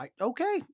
Okay